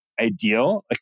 ideal